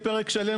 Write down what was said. פרק שלם,